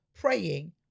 praying